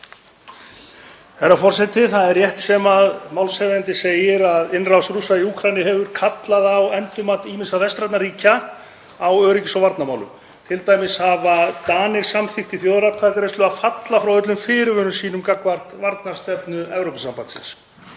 Það er rétt sem málshefjandi segir að innrás Rússa í Úkraínu hefur kallað á endurmat ýmissa vestrænna ríkja á öryggis- og varnarmálum, t.d. hafa Danir samþykkt í þjóðaratkvæðagreiðslu að falla frá öllum fyrirvörum sínum gagnvart varnarstefnu Evrópusambandsins.